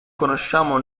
conosciamo